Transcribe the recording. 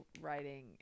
writing